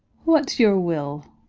what's your will?